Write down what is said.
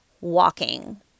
walking